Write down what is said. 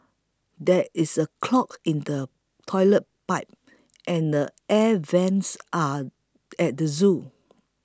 there is a clog in the Toilet Pipe and the Air Vents are at the zoo